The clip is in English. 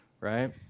right